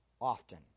often